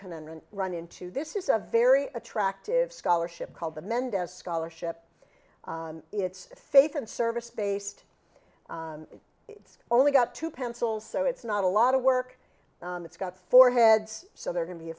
can run into this is a very attractive scholarship called the mendez scholarship it's faith and service based it's only got two pencils so it's not a lot of work it's got four heads so there can be a